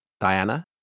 Diana